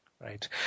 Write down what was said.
Right